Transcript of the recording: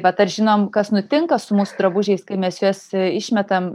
bet ar žinom kas nutinka su mūsų drabužiais kai mes juos išmetam